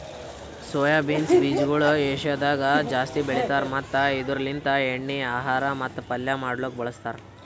soya beans ಬೀಜಗೊಳ್ ಏಷ್ಯಾದಾಗ್ ಜಾಸ್ತಿ ಬೆಳಿತಾರ್ ಮತ್ತ ಇದುರ್ ಲಿಂತ್ ಎಣ್ಣಿ, ಆಹಾರ ಮತ್ತ ಪಲ್ಯ ಮಾಡ್ಲುಕ್ ಬಳಸ್ತಾರ್